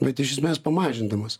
bet iš esmės pamažindamas